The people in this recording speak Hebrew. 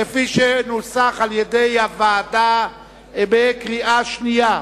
כפי שנוסחה על-ידי הוועדה לקריאה שנייה.